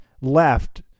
left